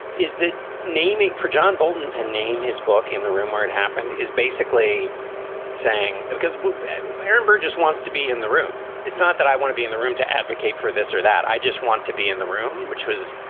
is that name for john bolton to name his book in the room where it happened is basically saying it because aaron burr just wants to be in the room. it's not that i want to be in the room to advocate for this or that. i just want to be in the room, which was,